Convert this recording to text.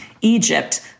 Egypt